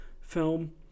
film